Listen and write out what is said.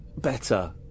better